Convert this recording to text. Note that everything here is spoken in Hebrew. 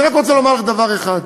אני רק רוצה לומר לך דבר אחד: